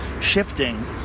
shifting